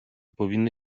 powinny